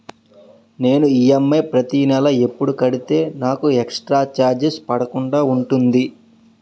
నేను ఈ.ఎం.ఐ ప్రతి నెల ఎపుడు కడితే నాకు ఎక్స్ స్త్ర చార్జెస్ పడకుండా ఉంటుంది?